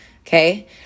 Okay